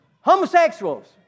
Homosexuals